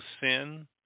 sin